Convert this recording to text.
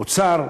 אוצר,